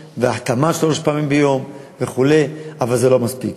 החתמה של שלוש פעמים ביום וכו', זה לא מספיק.